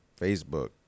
Facebook